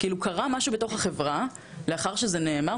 כאילו, קרה משהו לאחר החברה, לאחר שזה נאמר.